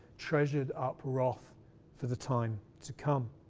treasured up wrath for the time to come.